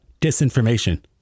disinformation